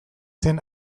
zen